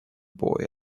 boy